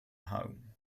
home